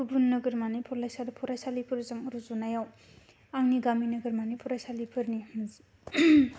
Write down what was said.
गुबुन नोगोरमानि फरायसालिफोरजों रुजुनायाव आंनि गामि नोगोरमानि फरायसालिफोरनि